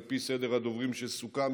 על פי סדר הדוברים שסוכם,